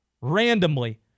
randomly